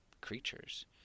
creatures